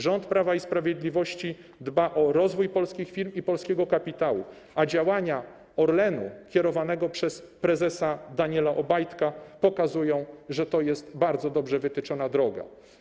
Rząd Prawa i Sprawiedliwości dba o rozwój polskich firm i polskiego kapitału, a działania Orlenu kierowanego przez prezesa Daniela Obajtka pokazują, że to jest bardzo dobrze wytyczona droga.